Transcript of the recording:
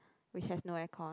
which has no aircon